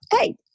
hey